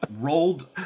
rolled